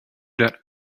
that